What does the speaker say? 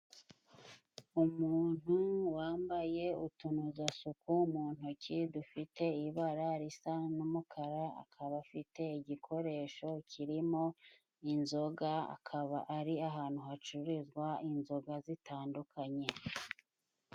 Umuntu wambaye utunozasuku mu ntoki dufite ibara risa n'umukara, akaba afite igikoresho kirimo inzoga, akaba ari ahantu hacururizwa inzoga zitandukanye.